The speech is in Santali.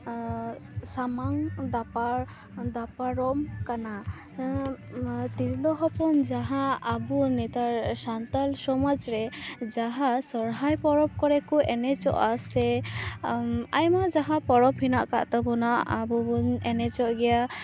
ᱥᱟᱢᱟᱝ ᱫᱟᱯᱟ ᱫᱟᱯᱟᱨᱚᱢ ᱠᱟᱱᱟ ᱛᱤᱨᱞᱟᱹ ᱦᱚᱯᱚᱱ ᱡᱟᱦᱟᱸ ᱟᱵᱚ ᱱᱮᱛᱟᱨ ᱥᱟᱱᱛᱟᱲ ᱥᱚᱢᱟᱡᱽ ᱨᱮ ᱡᱟᱦᱟᱸ ᱥᱚᱨᱦᱟᱭ ᱯᱚᱨᱚᱵᱽ ᱠᱚᱨᱮ ᱠᱚ ᱮᱱᱮᱡᱚᱜᱼᱟ ᱥᱮ ᱟᱭᱢᱟ ᱡᱟᱦᱟᱸ ᱯᱚᱨᱚᱵᱽ ᱦᱮᱱᱟᱜ ᱟᱠᱟ ᱛᱟᱵᱚᱱᱟ ᱟᱵᱚ ᱵᱚᱱ ᱮᱱᱮᱡᱚᱜ ᱜᱮᱭᱟ